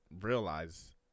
realize